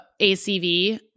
ACV